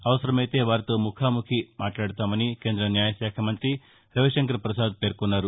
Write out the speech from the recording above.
అవసరమైతే వారితో ముఖాముఖి మాట్లాడతామని కేంద్ర న్యాయశాఖ మంతి రవిశంకర్ పసాద్ పేర్కొ న్నారు